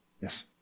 Yes